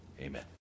Amen